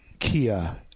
Kia